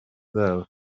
zabo